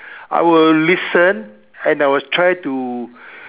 I will listen and I will try to